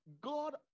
God